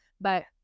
but-